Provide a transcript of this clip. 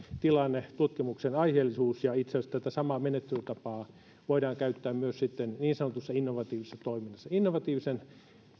tilanne tutkimuksen aiheellisuus ja itse asiassa tätä samaa menettelytapaa voidaan käyttää myös niin sanotussa innovatiivisessa toiminnassa innovatiivisen